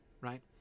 right